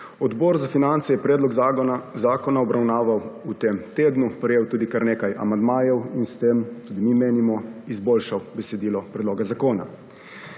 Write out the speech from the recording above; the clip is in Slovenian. Odbor za finance je Predlog zakona obravnaval v tem tednu, prejel tudi kar nekaj amandmajev in s tem, tudi mi menimo, izboljšal besedilo Predloga zakona.